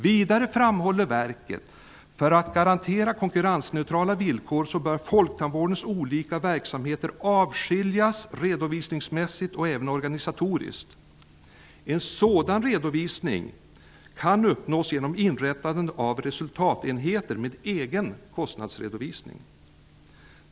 Vidare framhåller verket att folktandvårdens olika verksamheter bör avskiljas redovisningsmässigt och även organisatoriskt för att garantera konkurrensneutrala villkor. En sådan redovisning kan uppnås genom inrättande av resultatenheter med egen kostnadsredovisning.